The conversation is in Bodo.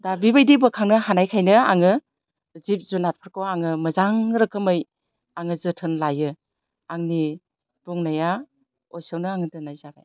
दा बिबायदि बोखांनो हानायखायनो आङो जिब जुनादफोरखौ आङो मोजां रोखोमै आङो जोथोन लायो आंनि बुंनाया एसेयावनो आङो दोननाय जाबाय